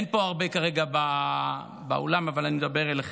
אין פה הרבה באולם כרגע, אבל אני מדבר אליכם: